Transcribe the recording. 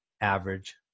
average